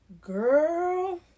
Girl